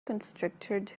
constricted